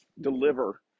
deliver